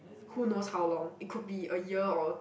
who knows how long it could be a year or